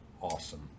awesome